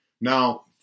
Now